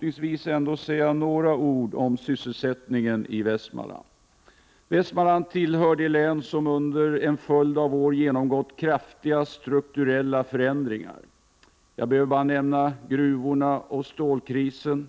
till sist säga några ord om sysselsättningen i Västmanland. Västmanland tillhör de län som under en följd av år genomgått kraftiga strukturella förändringar. Jag behöver bara nämna gruvorna och stålkrisen.